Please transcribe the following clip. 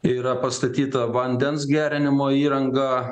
yra pastatyta vandens gerinimo įranga